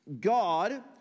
God